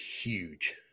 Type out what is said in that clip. huge